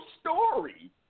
story